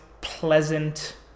pleasant